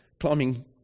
Climbing